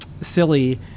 silly